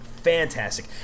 fantastic